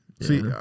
See